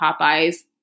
Popeye's